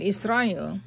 Israel